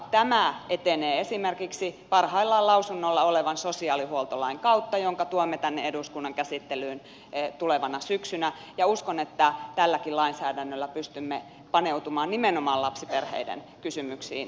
tämä etenee esimerkiksi parhaillaan lausunnolla olevan sosiaalihuoltolain kautta jonka tuomme tänne eduskunnan käsittelyyn tulevana syksynä ja uskon että tälläkin lainsäädännöllä pystymme paneutumaan nimenomaan lapsiperheiden kysymyksiin entistä paremmin